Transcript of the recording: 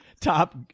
Top